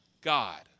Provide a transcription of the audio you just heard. God